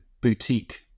boutique